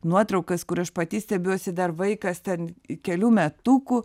nuotraukas kur aš pati stebiuosi dar vaikas ten kelių metukų